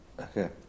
Okay